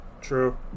True